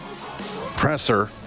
presser